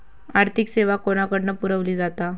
आर्थिक सेवा कोणाकडन पुरविली जाता?